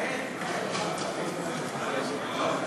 תגמולים וקצבה),